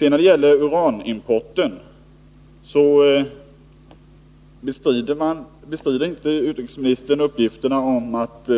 När det gäller uranimporten bestred inte utrikesministern uppgifterna att